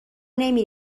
نمی